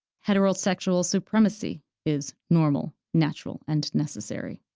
heterosexual supremacy is normal, natural, and necessary.